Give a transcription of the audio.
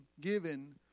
given